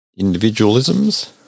individualisms